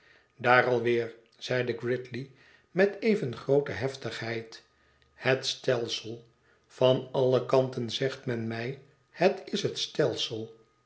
daar alweer zeide gridley met evengroote heftigheid het stelsel van alle kanten zegt men mij het is het stelsel